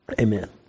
Amen